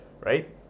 right